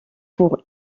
pour